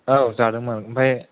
औ जादोंमोन ओमफ्राय